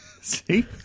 See